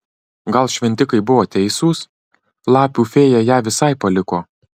gal šventikai buvo teisūs lapių fėja ją visai paliko